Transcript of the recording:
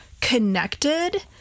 connected